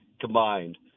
combined